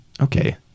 Okay